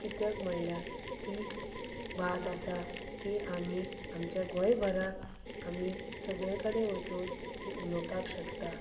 कित्याक म्हणल्यार ती भास आसा ती आमी आमच्या गोंय भरा आमी सगळे कडेन वचून ती उलोवपाक शकतात